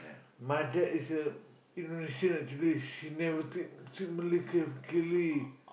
my dad is a Indonesian actually she never speak speak Malay clearly